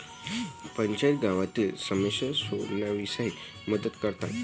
पंचायती गावातील समस्या सोडविण्यास मदत करतात